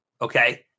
Okay